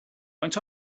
faint